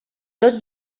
tot